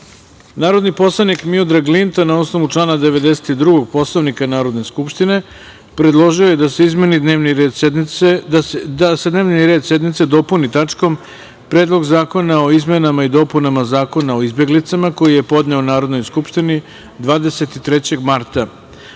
poslanik Miodrag Linta, na osnovu člana 92. Poslovnika Narodne skupštine, predložio je da se dnevni red sednice dopuni tačkom - Predlog zakona o izmenama i dopunama Zakona o izbeglicama, koji je podneo narodnoj Skupštini 23. marta